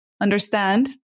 understand